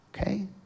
Okay